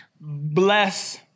bless